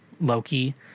loki